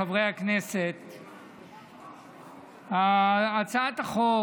חברי הכנסת, הצעת החוק